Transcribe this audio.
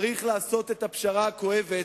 צריך לעשות את הפשרה הכואבת,